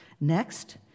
Next